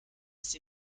sie